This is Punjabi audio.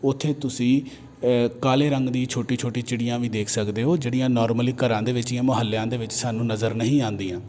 ਉੱਥੇ ਤੁਸੀਂ ਕਾਲੇ ਰੰਗ ਦੀ ਛੋਟੀ ਛੋਟੀ ਚਿੜੀਆਂ ਵੀ ਦੇਖ ਸਕਦੇ ਹੋ ਜਿਹੜੀਆਂ ਨੋਰਮਲੀ ਘਰਾਂ ਦੇ ਵਿੱਚ ਜਾਂ ਮੁਹੱਲਿਆਂ ਦੇ ਵਿੱਚ ਸਾਨੂੰ ਨਜ਼ਰ ਨਹੀਂ ਆਉਂਦੀਆਂ